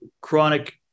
chronic